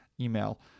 email